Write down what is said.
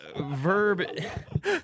verb